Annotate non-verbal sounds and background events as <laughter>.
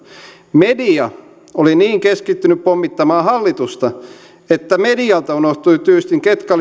media oli niin keskittynyt pommittamaan hallitusta että medialta unohtui tyystin ketkä <unintelligible>